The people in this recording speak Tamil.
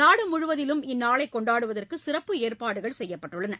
நாடு முழுவதிலும் இந்நாளை கொண்டாடுவதற்கு சிறப்பு ஏற்பாடுகள் செய்யப்பட்டுள்ளன